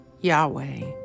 Yahweh